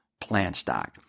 Plantstock